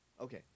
okay